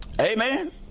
Amen